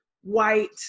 white